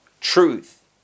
truth